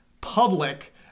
public